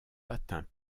patin